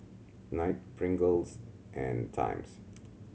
Knight Pringles and Times